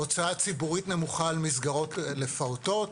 הוצאה ציבורית נמוכה על מסגרות לפעוטות.